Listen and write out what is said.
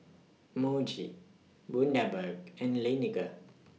Muji Bundaberg and Laneige